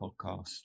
podcast